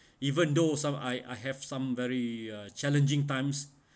even though some I I have some very uh challenging times